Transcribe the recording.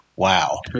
Wow